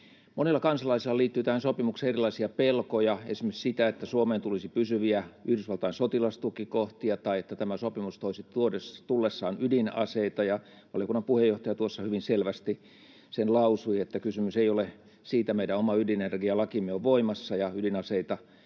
Monella kansalaisella liittyy tähän sopimukseen erilaisia pelkoja, esimerkiksi sitä, että Suomeen tulisi pysyviä Yhdysvaltain sotilastukikohtia tai että tämä sopimus toisi tullessaan ydinaseita, ja valiokunnan puheenjohtaja tuossa hyvin selvästi lausui, että kysymys ei ole siitä. Meidän oma ydinenergialakimme on voimassa, ja ydinaseita